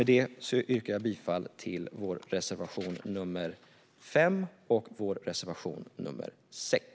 Med detta yrkar jag bifall till våra reservationer nr 5 och 6.